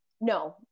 No